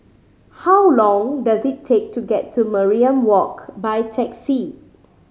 how long does it take to get to Mariam Walk by taxi